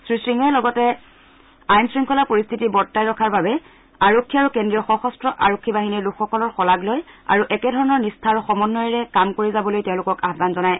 শ্ৰী সিঙে লগতে আইন শৃংখলা পৰিস্থিতি বৰ্তাই ৰখাৰ বাবে আৰক্ষী আৰু কেন্দ্ৰীয় সশস্ত্ৰ আৰক্ষী বাহিনীৰ লোকসকলৰ শলাগ লয় আৰু একেধৰণৰ নিষ্ঠা আৰু সমন্বয়ৰ কাম কৰি যাবলৈ তেওঁলোকক আহুান জনায়